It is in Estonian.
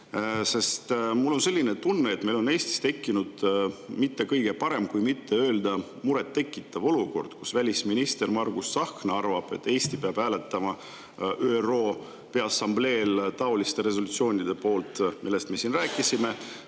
Mul on selline tunne, et meil on Eestis tekkinud mitte kõige parem, kui mitte öelda muret tekitav olukord, kus välisminister Margus Tsahkna arvab, et Eesti peab hääletama ÜRO Peaassambleel taoliste resolutsioonide poolt, millest me siin rääkisime.